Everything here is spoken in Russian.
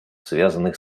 связанных